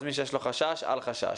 מי שיש לו חשש, אל חשש.